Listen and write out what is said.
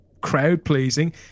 crowd-pleasing